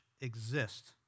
exist